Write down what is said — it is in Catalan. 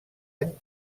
any